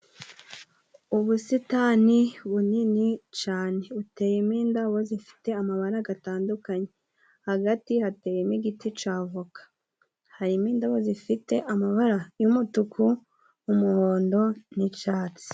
Ubusitani bunini cyane. Buteyemo indabo zifite amabara atandukanye. Hagati hateyemo igiti cya voka. Harimo indabo zifite amabara y'umutuku, umuhondo, n'icyatsi.